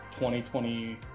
2020